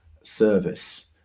Service